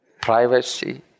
privacy